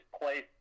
place